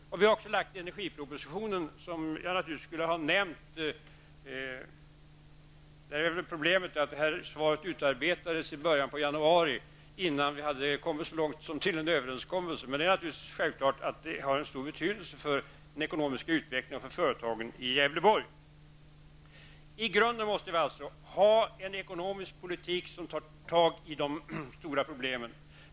Vi har också lagt fram energipropositionen, som jag naturligtvis skulle ha nämnt i svaret. Problemet är att svaret utarbetades i början av januari, innan vi hade kommit så långt som till en överenskommelse. Men denna har naturligtvis stor betydelse för den ekonomiska utvecklingen och för företagen i Gävleborg. I grunden måste vi alltså ha en ekonomisk politik som innebär att man tar tag i de stora problemen.